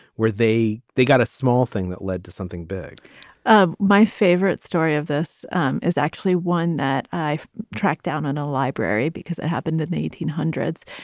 were they they got a small thing that led to something big um my favorite story this um is actually one that i've tracked down in a library because it happened in eighteen hundreds.